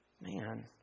man